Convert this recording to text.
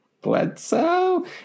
Bledsoe